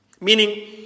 Meaning